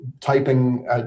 typing